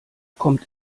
kommt